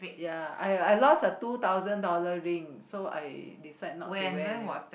ya I I lost a a two thousand dollar ring so I decide not to wear anymore